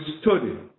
study